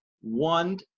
one